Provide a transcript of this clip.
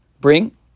bring